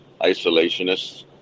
isolationists